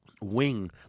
wing